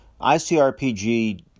ICRPG